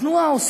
התנועה,